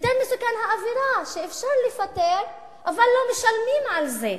יותר מסוכנת האווירה שאפשר לפטר אבל לא משלמים על זה.